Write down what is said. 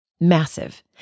Massive